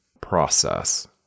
process